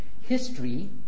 History